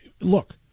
Look